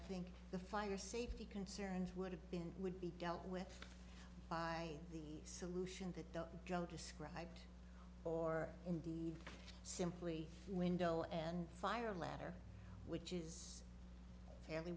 think the fire safety concerns would have been would be dealt with by the solution that the job described or indeed simply window and fire latter which is